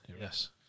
Yes